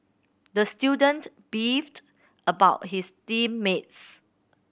the student beefed about his team mates